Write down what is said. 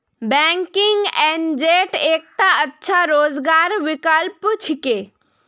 banking agent एकता अच्छा रोजगारेर विकल्प छिके